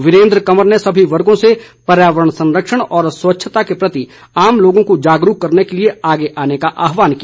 वीरेंद्र कंवर ने सभी वर्गों से पर्यावरण संरक्षण और स्वच्छता जैसी समस्याओं के प्रति आम लोगों को जागरूक करने के लिए आगे आने का आहवान किया